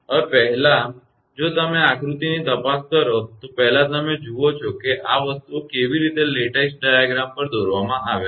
હવે પહેલાં જો તમે આ આકૃતિની તપાસ કરો તો પહેલા તમે જુઓ છો કે આ વસ્તુઓ કેવી રીતે લેટિસ ડાયાગ્રામ દોરવામાં આવે છે